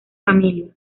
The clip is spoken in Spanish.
familia